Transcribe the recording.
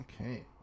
okay